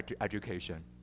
education